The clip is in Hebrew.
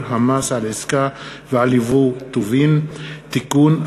המס על עסקה ועל ייבוא טובין) (תיקון),